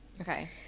Okay